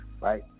right